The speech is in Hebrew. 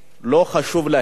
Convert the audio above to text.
לא חשוב להם.